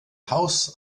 house